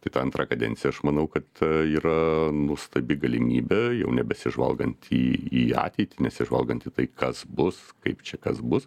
tai ta antra kadencija aš manau kad yra nuostabi galimybė jau nebesižvalgant į ateitį nesižvalgant į tai kas bus kaip čia kas bus